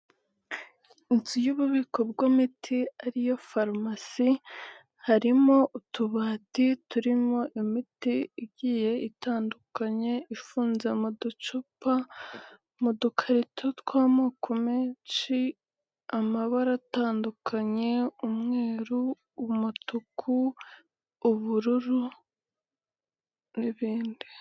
Inzu y'ububiko bw'imiti ariyo farumasi. Harimo utubati turimo imiti igiye itandukanye. Ifunze mu ducupa, mu dukarito tw'amoko menshi, amabara atandukanye: umweru umutuku, ubururu n'ibindi.